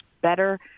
better